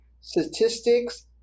statistics